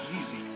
easy